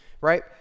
right